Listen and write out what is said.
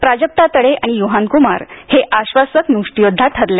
प्राजक्ता तडे आणि युहान कुमार हे आश्वासक मुष्टीयोद्धा ठरले